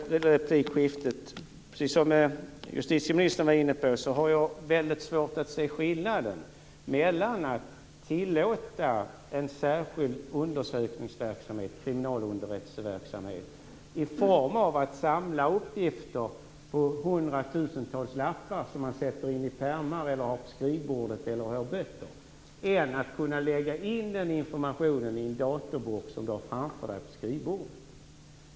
Precis som justitieministern var inne på har jag väldigt svårt att se skillnaden mellan att tillåta en särskild undersökningsverksamhet, kriminalunderrättelseverksamhet i form av att samla uppgifter på hundratusentals lappar som man sätter in i pärmar eller har på skrivbordet eller i böcker och att kunna lägga in den informationen i en dator som du har framför dig på skrivbordet.